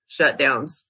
shutdowns